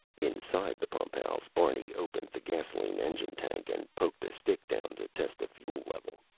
inside the pumphouse, barney opened the gasoline engine tank and poked a stick down to test the fuel level.